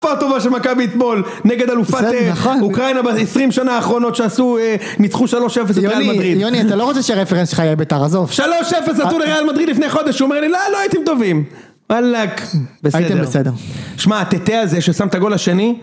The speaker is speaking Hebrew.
תקופה טובה של מכבי אתמול נגד אלופת, בסדר נכון, אוקראינה בעשרים שנה האחרונות שעשו, אה... ניצחו 3-0 לריאל מדריד... יוני, יוני, אתה לא רוצה שהרפרנס שלך יהיה ביתר, עזוב. 3-0 עשו לריאל מדריד לפני חודש הוא אומר לי " לאא, לא הייתם טובים" וועלאק. בסדר. שמע, הטטה הזה ששם את הגול השני?